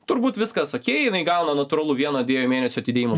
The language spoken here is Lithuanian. turbūt viskas okei jinai gauna natūralu vieno dviejų mėnesių atidėjimus